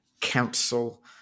Council